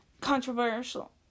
controversial